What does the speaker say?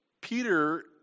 Peter